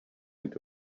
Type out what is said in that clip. into